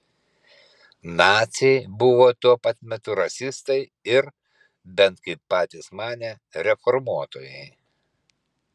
naciai buvo tuo pat metu rasistai ir bent kaip patys manė reformuotojai